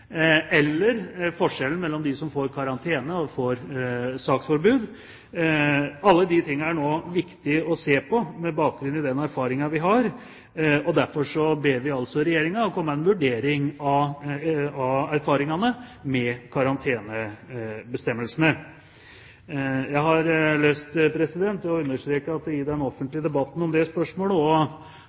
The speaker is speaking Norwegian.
forskjellen mellom dem som får karantene, og dem som får saksforbud. Presidentskapet mener det er viktig å se på alle disse tingene med bakgrunn i den erfaringen vi har. Derfor ber vi Regjeringen om å komme med en vurdering av erfaringene med karantenebestemmelsene. Jeg har lyst til å understreke at i den offentlige debatten om dette spørsmålet